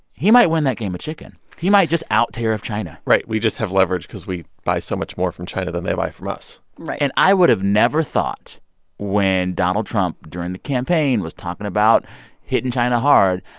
he might win that game of chicken. he might just out-tariff china right. we just have leverage cause we buy so much more from china than they buy from us right and i would have never thought when donald trump during the campaign was talking about hitting china hard,